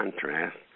contrast